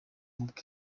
ubwe